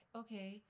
okay